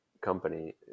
company